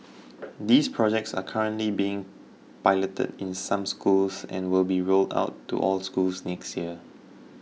these projects are currently being piloted in some schools and will be rolled out to all schools next year